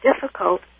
difficult